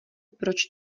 proč